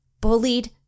Bullied